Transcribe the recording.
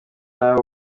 nabi